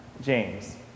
James